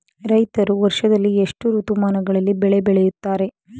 ರೈತರು ವರ್ಷದಲ್ಲಿ ಎಷ್ಟು ಋತುಮಾನಗಳಲ್ಲಿ ಬೆಳೆ ಬೆಳೆಯುತ್ತಾರೆ?